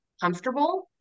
comfortable